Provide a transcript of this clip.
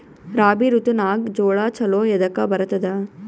ರಾಬಿ ಋತುನಾಗ್ ಜೋಳ ಚಲೋ ಎದಕ ಬರತದ?